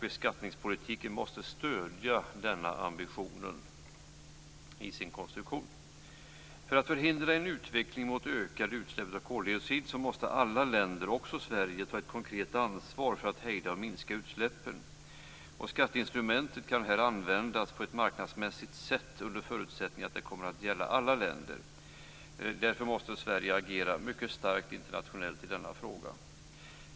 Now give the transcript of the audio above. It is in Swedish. Beskattningspolitikens konstruktion måste stödja denna ambition. För att förhindra en utveckling mot ökade utsläpp av koldioxid måste alla länder, också Sverige, ta ett konkret ansvar för att hejda och minska utsläppen. Skatteinstrumentet kan här användas på ett marknadsmässigt sätt under förutsättning att det kommer att gälla alla länder. Därför måste Sverige agera mycket starkt internationellt i denna fråga.